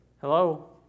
Hello